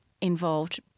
involved